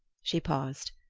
she paused.